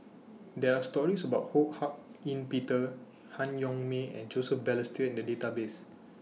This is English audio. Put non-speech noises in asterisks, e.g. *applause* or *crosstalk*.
*noise* There Are stories about Ho Hak Ean Peter Han Yong May and Joseph Balestier in The Database